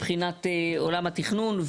מבחינת עולם התכנון.